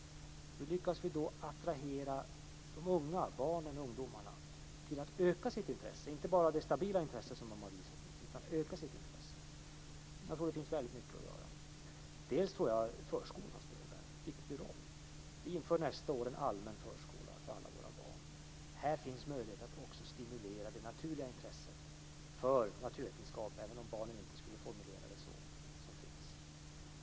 Hur lyckas vi då attrahera barnen och ungdomarna till att öka sitt intresse? Det gäller då inte bara det stabila intresse som de har visat utan också ett ökat intresse. Jag tror att det finns väldigt mycket att göra och att förskolan spelar en viktig roll. Nästa år införs allmän förskola för alla våra barn. Här finns möjlighet att också stimulera det naturliga intresse som finns för naturvetenskap - även om barnen inte skulle formulera det så.